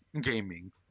gaming